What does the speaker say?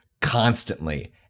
constantly